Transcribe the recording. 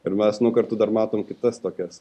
ir mes nu kartu dar matom kitas tokias